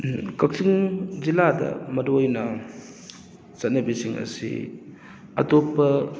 ꯀꯛꯆꯤꯡ ꯖꯤꯂꯥꯗ ꯃꯔꯨ ꯑꯣꯏꯅ ꯆꯠꯅꯕꯤꯁꯤꯡ ꯑꯁꯤ ꯑꯇꯣꯞꯄ